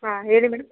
ಹಾಂ ಹೇಳಿ ಮೇಡಮ್